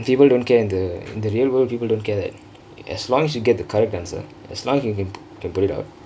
people don't care in the the real world people don't care that as longk as you get the correct answer as longk as you can to put it out